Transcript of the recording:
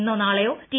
ഇന്നോ നാളെയോ ടി